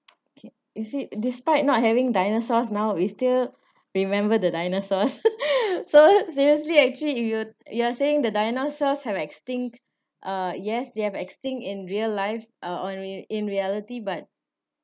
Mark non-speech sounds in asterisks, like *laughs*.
okay is it despite not having dinosaurs now we still remember the dinosaurs *laughs* so seriously actually you you are saying the dinosaurs have extinct uh yes they've extinct in real life uh on in in reality but